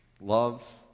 Love